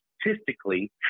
statistically